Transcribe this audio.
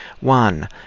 one